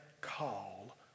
call